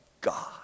God